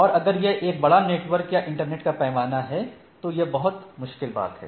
और अगर यह एक बड़ा नेटवर्क या इंटरनेट का पैमाना है तो यह बहुत मुश्किल बात है